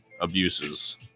abuses